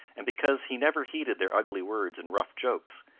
and because he never heeded their ugly words and rough jokes,